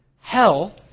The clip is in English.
Hell